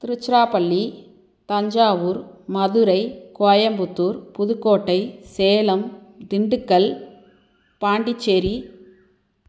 Tiruchirappalli Thanjavur Madurai Coimbatore Pudukkottai Salem Dindigul Pondicherry